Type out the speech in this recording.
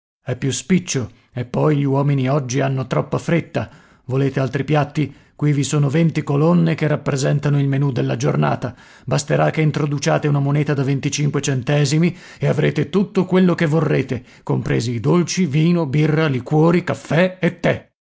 è più spiccio e poi gli uomini oggi hanno troppa fretta volete altri piatti qui vi sono venti colonne che rappresentano il menù della giornata basterà che introduciate una moneta da venticinque centesimi e avrete tutto quello che vorrete compresi i dolci vino birra liquori caffè e tè